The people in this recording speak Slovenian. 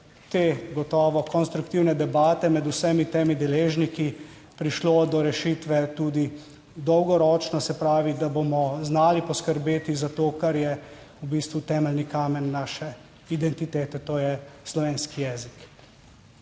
te gotovo konstruktivne debate med vsemi temi deležniki prišlo do rešitve tudi dolgoročno, se pravi, da bomo znali poskrbeti za to, kar je v bistvu temeljni kamen naše identitete, to je slovenski jezik.